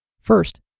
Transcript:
First